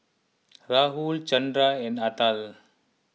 Rahul Chanda and Atal